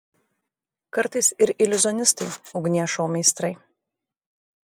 kartais ir iliuzionistai ugnies šou meistrai